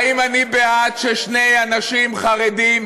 האם אני בעד ששני אנשים חרדים,